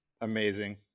amazing